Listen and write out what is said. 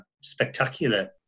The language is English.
spectacular